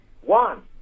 One